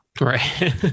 Right